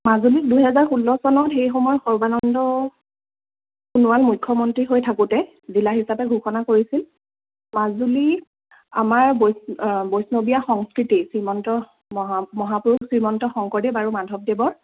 মাজুলীত দুহেজাৰ ষোল্ল চনত সেই সময়ত সৰ্বানন্দ সোণোৱাল মুখ্যমন্ত্ৰী হৈ থাকোঁতে জিলা হিচাপে ঘোষণা কৰিছিল মাজুলী আমাৰ বৈষ্ণৱীয়া সংস্কৃতি শ্ৰীমন্ত মহা মহাপুৰুষ শ্ৰীমন্ত শংকৰদেৱ আৰু মাধৱদেৱৰ